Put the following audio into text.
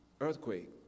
earthquake